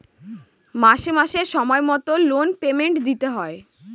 মাসে মাসে সময় মতো লোন পেমেন্ট দিতে হয়